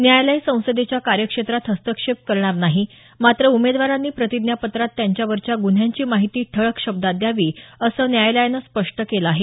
न्यायालय संसदेच्या कार्यक्षेत्रात हस्तक्षेप करणार नाही मात्र उमेदवारांनी प्रतिज्ञापत्रात त्यांच्यावरच्या गुन्ह्यांची माहिती ठळक शब्दात द्यावी असं न्यायालयानं स्पष्ट केलं आहे